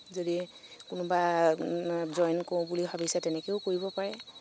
যদি কোনোবা জইন কৰো বুলি ভাবিছে তেনেকেও কৰিব পাৰে